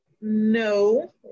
No